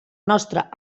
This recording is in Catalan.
nostra